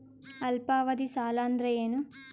ಅಲ್ಪಾವಧಿ ಸಾಲ ಅಂದ್ರ ಏನು?